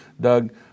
Doug